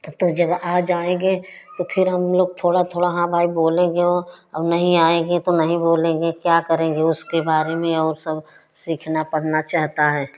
तो जब आ जाएंगे तो फिर हम लोग थोड़ा थोड़ा हाँ भाई बोलेंगे वो अब नहीं आएंगे तो नहीं बोलेंगे क्या करेंगे उसके बारे में और सब सीखना पड़ना चाहता है